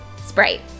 SPRITE